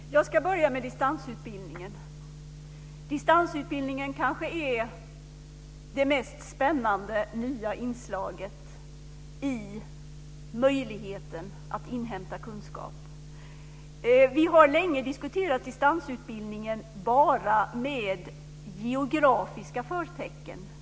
Herr talman! Jag ska börja med distansutbildningen. Distansutbildningen är kanske det mest spännande, nya inslaget i möjligheten att inhämta kunskap. Vi har länge diskuterat distansutbildningen bara med geografiska förtecken.